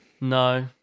No